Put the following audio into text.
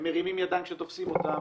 הם מרימים ידיים כשתופסים אותם.